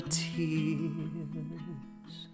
tears